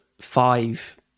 five